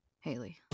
Haley